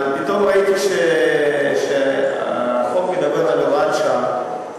אבל פתאום ראיתי שהחוק מדבר על הוראת שעה,